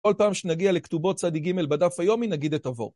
כל פעם שנגיע לכתובות צ';ג' בדף היומי, נגיד את עבור.